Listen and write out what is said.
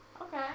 Okay